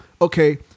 okay